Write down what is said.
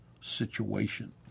situation